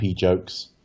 jokes